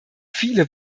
viele